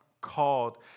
called